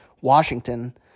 Washington